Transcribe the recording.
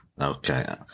Okay